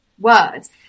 words